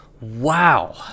Wow